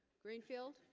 greenfield